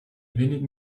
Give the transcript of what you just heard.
wenigen